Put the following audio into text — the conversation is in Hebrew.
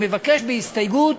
אני מבקש בהסתייגות,